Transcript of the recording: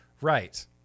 Right